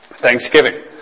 Thanksgiving